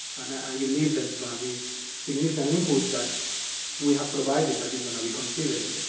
and i believe there is going to be significant input that we have provided that is going to be considered in